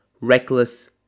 reckless